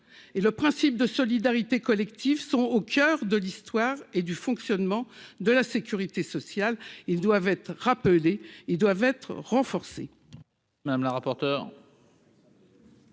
et le principe de solidarité collective sont au coeur de l'histoire et du fonctionnement de la sécurité sociale, ils doivent être rappelés, ils doivent être renforcés.